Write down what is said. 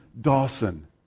Dawson